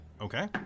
Okay